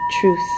truth